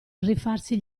rifarsi